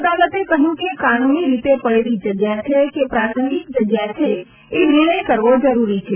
અદાલતે કહ્યું કે કાનૂની રીતે પડેલી જગ્યા છે કે પ્રાસંગિક જગ્યા છે એ નિર્ણય કરવો જરૂરી છે